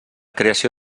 creació